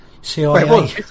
CIA